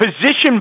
Position